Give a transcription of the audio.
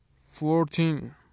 fourteen